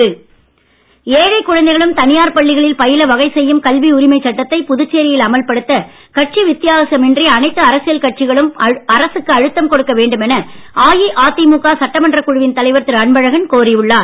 அன்பழகன் ஏழைக் குழந்தைகளும் தனியார் பள்ளிகளில் பயில வகை செய்யும் கல்வி உரிமை சட்டத்தை புதுச்சேரியில் அமல்படுத்த கட்சி வித்தியாசம் இன்றி அனைத்து அரசியல் கட்சிகளும் அரசுக்கு அழுத்தம் கொடுக்க வேண்டும் என அஇஅதிமுக சட்டமன்றக் குழுவின் தலைவர் திரு அன்பழகன் கோரி உள்ளார்